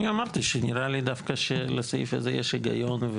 אני אמרתי שנראה לי שדווקא לסעיף הזה יש היגיון,